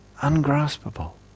ungraspable